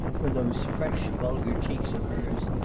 when those fresh, vulgar cheeks of hers.